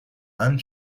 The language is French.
ain